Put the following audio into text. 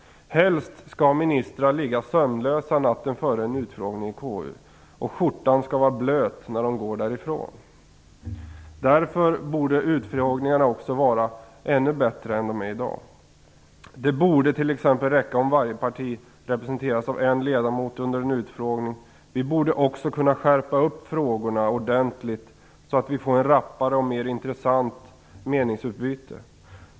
Helst skall ministrar ligga sömnlösa natten före en utfrågning i KU, och skjortan skall vara blöt när de går därifrån. Därför borde utfrågningarna vara ännu bättre än de är i dag. Det borde t.ex. räcka om varje parti representeras av en ledamot under en utfrågning. Vi borde också kunna skärpa upp frågorna ordentligt så att vi får ett rappare och mer intressant meningsutbyte.